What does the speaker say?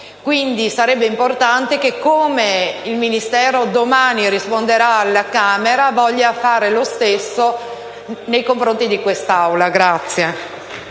Sarebbe quindi importante che, come il Ministero domani risponderà alla Camera, voglia fare lo stesso nei confronti di quest'Aula.